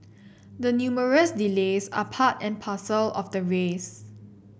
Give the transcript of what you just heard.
the numerous delays are part and parcel of the race